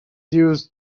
used